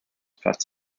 part